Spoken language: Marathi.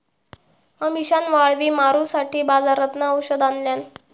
अमिशान वाळवी मारूसाठी बाजारातना औषध आणल्यान